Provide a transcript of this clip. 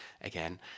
again